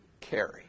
carry